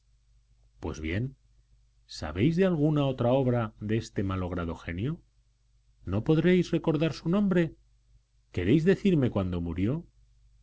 pues bien sabéis de alguna otra obra de ese malogrado genio no podréis recordar su nombre queréis decirme cuándo murió